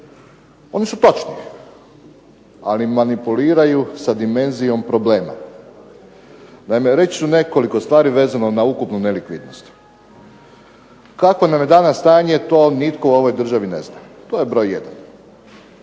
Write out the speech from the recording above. Oni su točni ali manipuliraju sa dimenzijom problema. Naime, reći ću nekoliko stvari vezano na ukupnu nelikvidnost. Kakvo nam je danas stanje to nitko u ovoj državi ne zna, to je broj